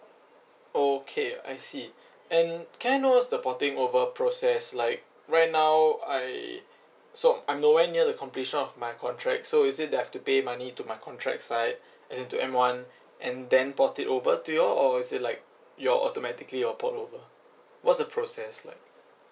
okay I see and can I know what's the porting over process like right now I so I'm nowhere near the completion of my contract so is it that I have to pay money to my contract side as in to M one and then port it over to you all or is it like your automatically you'll port over what's the process like